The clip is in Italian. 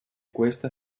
questa